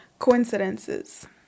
coincidences